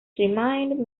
remained